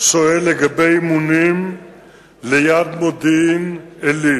מתושבי שכונת ברכפלד שבעיר מודיעין-עילית